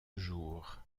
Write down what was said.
jours